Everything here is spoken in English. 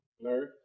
Larry